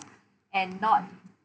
and not